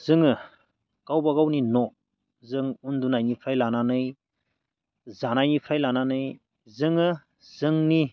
जोङो गावबा गावनि न' जों उन्दुनायनिफ्राय लानानै जानायनिफ्राय लानानै जोङो जोंनि